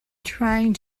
trying